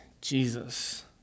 jesus